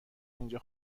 اینجا